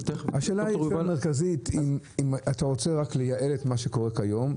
השאלה המרכזית היא האם אתה רוצה רק לייעל את מה שקורה כיום,